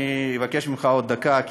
אני אבקש ממך עוד דקה,